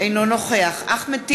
אינו נוכח אחמד טיבי,